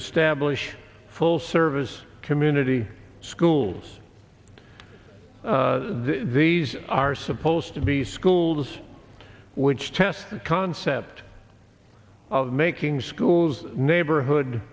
establish a full service community schools these are supposed to be schools which test the concept of making schools neighborhood